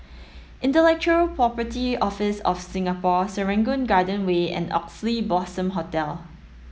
Intellectual Property Office of Singapore Serangoon Garden Way and Oxley Blossom Hotel